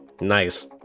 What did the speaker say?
Nice